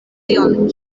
tion